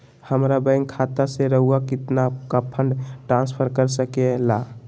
हमरा बैंक खाता से रहुआ कितना का फंड ट्रांसफर कर सके ला?